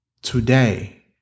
Today